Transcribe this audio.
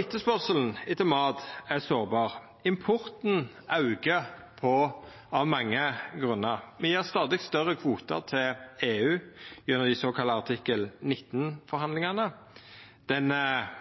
Etterspurnaden etter mat er òg sårbar. Importen aukar av mange grunnar. Me gjev stadig større kvotar til EU gjennom dei såkalla artikkel 19-forhandlingane. Den